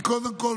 קודם כול,